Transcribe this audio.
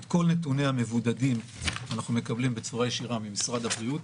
את כל נתוני המבודדים אנחנו מקבלים בצורה ישירה ממשרד הבריאות.